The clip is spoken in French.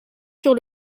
sur